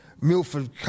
Milford